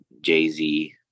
Jay-Z